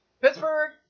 Pittsburgh